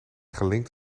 gelinkt